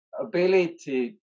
ability